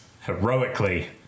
heroically